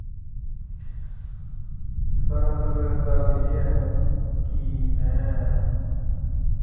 दरअसल गल्ल एह् ऐ कि में